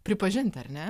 pripažinti ar ne